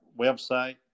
website